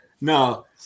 No